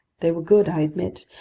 they were good, i admit,